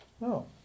No